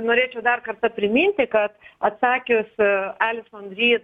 norėčiau dar kartą priminti kad atsakius a alison ryt